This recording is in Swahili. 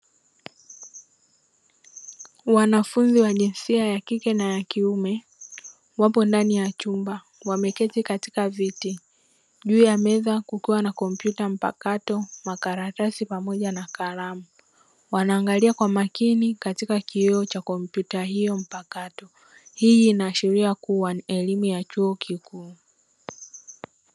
Wanafunzi wa jinsia ya kike na ya kiume wapo ndani ya chumba, wameketi katika viti juu ya meza kukiwa na kompyuta mpakato, makaratasi pamoja na kalamu. Wanaangalia kwa makini katika kioo cha kompyuta hiyo mpakato. Hii inaashiria kuwa ni elimu ya chuo kikuu.